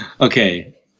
Okay